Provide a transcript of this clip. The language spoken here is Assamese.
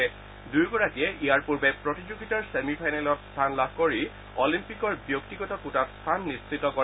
এই দুয়োগৰাকীয়ে ইয়াৰ পূৰ্বে প্ৰতিযোগিতাৰ ছেমি ফাইনেলত স্থান লাভ কৰি অলিম্পিকৰ ব্যক্তিগত কোটাত স্থান নিশ্চিত কৰে